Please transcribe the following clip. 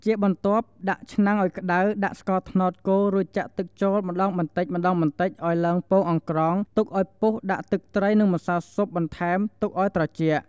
ជាបន្ទាប់ ដាក់ឆ្នាំងអោយក្ដៅដាក់ស្ករត្នោតកូរ រួចចាក់ទឹកចូលម្ដងបន្តិចៗអោយឡើងពងអង្ក្រង ទុកឲ្យពុះដាក់ទឹកត្រីនិងម្សៅស៊ុបបន្ថែមទុកឲ្យត្រជាក់។